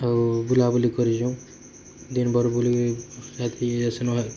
ଆଉ ବୁଲା ବୁଲି କରିଛୁଁ ଦିନ୍ ଭର୍ ବୁଲିକି ରାତିକୁ ଆସିଲୁ